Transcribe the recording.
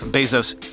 Bezos